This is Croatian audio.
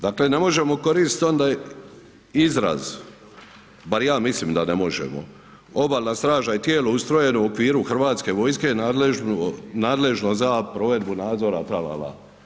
Dakle ne možemo koristiti onda izraz, bar ja mislim da ne možemo, Obalna straža je tijelo ustrojeno u okviru Hrvatske vojske nadležno za provedbu nadzora, tralala.